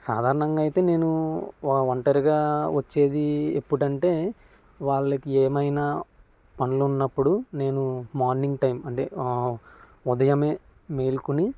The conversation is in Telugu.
సాధారణంగా అయితే నేను వా ఒంటరిగా వచ్చేది ఎప్పుడంటే వాళ్ళకి ఏమైనా పనులున్నప్పుడు నేను మార్నింగ్ టైం అంటే ఉదయమే మేలుకొని